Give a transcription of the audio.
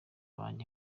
banjye